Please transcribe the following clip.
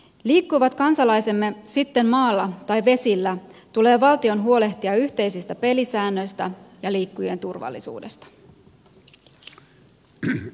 liikkuvat kansalaisemme sitten maalla tai vesillä tulee valtion huolehtia yhteisistä pelisäännöistä ja liikkujien turvallisuudesta